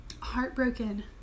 Heartbroken